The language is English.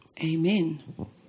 Amen